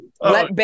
Let